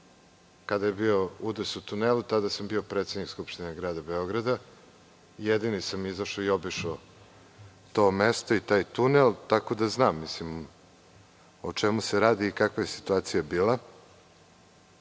kada je bio udes u tunelu. Tada sam bio predsednik Skupštine Grada Beograda. Jedini sam izašao i obišao to mesto i taj tunel, tako da znam o čemu se radi i kakva je situacija bila.